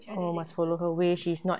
orh must follow her way she's not